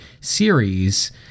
series